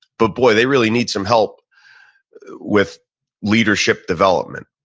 but boy, they really need some help with leadership development,